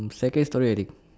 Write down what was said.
um second story already I think